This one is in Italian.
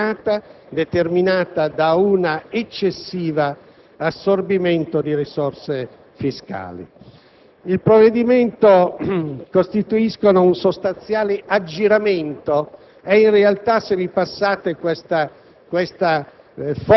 una notevole frenata determinata da un eccessivo assorbimento di risorse fiscali. Il provvedimento costituisce un sostanziale aggiramento ed è in realtà, se mi passate questa